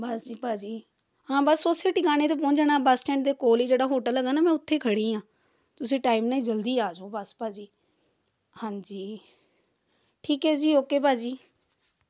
ਬਸ ਜੀ ਭਾਅ ਜੀ ਹਾਂ ਬਸ ਉਸੇ ਟਿਕਾਣੇ 'ਤੇ ਪਹੁੰਚ ਜਾਣਾ ਬੱਸ ਸਟੈਂਡ ਦੇ ਕੋਲ ਹੀ ਜਿਹੜਾ ਹੋਟਲ ਹੈਗਾ ਨਾ ਮੈਂ ਉੱਥੇ ਖੜ੍ਹੀ ਹਾਂ ਤੁਸੀਂ ਟਾਈਮ ਨਾਲ ਜਲਦੀ ਆ ਜਾਓ ਬਸ ਭਾਅ ਜੀ ਹਾਂਜੀ ਠੀਕ ਏ ਜੀ ਓਕੇ ਭਾਅ ਜੀ